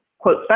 quote